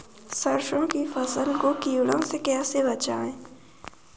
सरसों की फसल को कीड़ों से कैसे बचाएँ?